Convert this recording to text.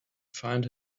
find